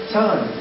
time